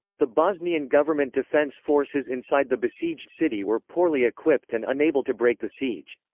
the bosnian government defence forces inside the besieged city were poorly equipped and unable to break the siege.